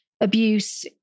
abuse